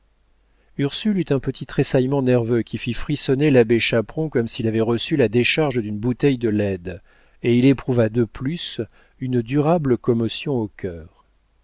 ursule eut un petit tressaillement nerveux qui fit frissonner l'abbé chaperon comme s'il avait reçu la décharge d'une bouteille de leyde et il éprouva de plus une durable commotion au cœur